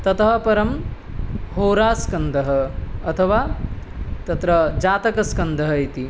ततः परं होरास्कन्धः अथवा तत्र जातकस्कन्धः इति